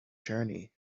journey